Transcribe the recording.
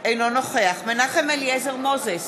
אינו נוכח מנחם אליעזר מוזס,